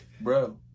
Bro